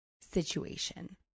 situation